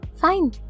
Fine